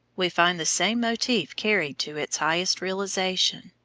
we find the same motif carried to its highest realization.